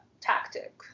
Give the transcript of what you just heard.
tactic